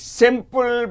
simple